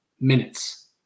minutes